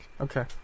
Okay